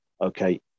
Okay